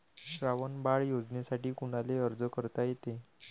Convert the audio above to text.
श्रावण बाळ योजनेसाठी कुनाले अर्ज करता येते?